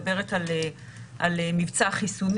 חדשות,